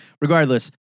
Regardless